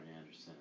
Anderson